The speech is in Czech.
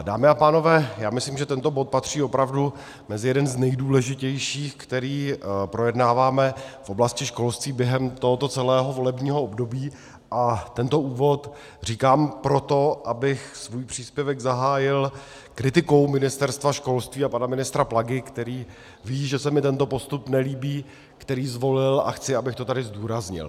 Dámy a pánové, já myslím, že tento bod patří opravdu mezi jeden z nejdůležitějších, který projednáváme v oblasti školství během tohoto celého volebního období, a tento úvod říkám proto, abych svůj příspěvek zahájil kritikou Ministerstva školství a pana ministra Plagy, který ví, že se mi tento postup nelíbí, který zvolil, a chci, abych to tady zdůraznil.